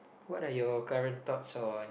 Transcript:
what are your current thoughts on